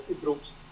groups